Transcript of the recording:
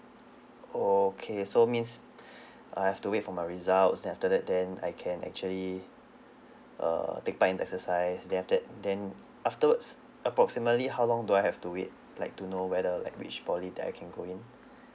okay so means I have to wait for my results then after that then I can actually err take part in the exercise then after that then afterwards approximately how long do I have to wait like to know whether like which polytechnic that I can go in